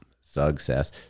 success